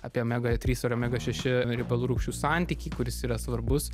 apie omega trys ir omega šeši riebalų rūgščių santykį kuris yra svarbus